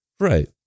Right